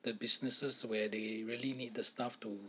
the businesses where they really need the staff to